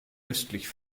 östlich